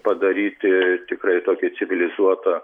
padaryti tikrai tokį civilizuotą